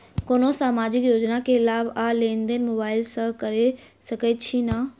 कोनो सामाजिक योजना केँ लाभ आ लेनदेन मोबाइल सँ कैर सकै छिःना?